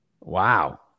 Wow